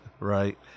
right